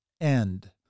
end